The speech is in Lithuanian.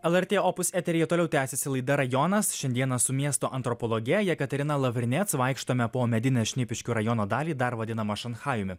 lrt opus eteryje toliau tęsiasi laida rajonas šiandieną su miesto antropologe jekaterina lavrinec vaikštome po medinę šnipiškių rajono dalį dar vadinamą šanchajumi